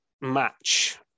match